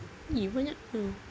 !ee! banyaknya